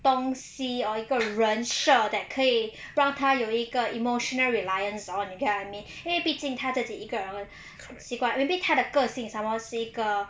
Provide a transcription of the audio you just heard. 东西 or 一个人设 that 可以让他有一个 emotional reliance on you get what I mean 因为毕竟他自己一个人习惯 maybe 他的个性 some more 是一个